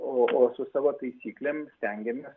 o su savo taisyklėm stengiamės